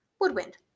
woodwind